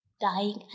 Dying